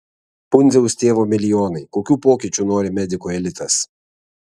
pundziaus tėvo milijonai kokių pokyčių nori medikų elitas